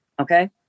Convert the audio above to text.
Okay